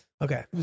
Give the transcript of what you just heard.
Okay